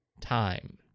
time